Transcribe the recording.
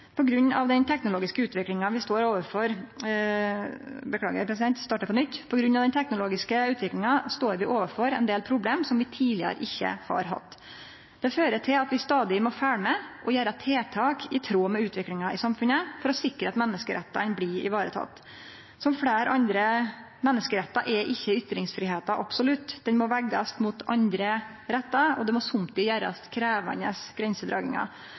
av den teknologiske utviklinga står vi overfor ein del problem som vi tidlegare ikkje har hatt. Det fører til at vi stadig må følgje med og gjere tiltak i tråd med utviklinga i samfunnet, for å sikre at menneskerettane blir varetekne. Som fleire andre menneskerettar er ikkje ytringsfridomen absolutt. Den må vegast mot andre rettar, og det må somtid gjerast krevjande grensedragingar.